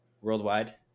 worldwide